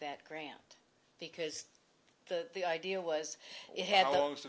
that grant because the the idea was it had t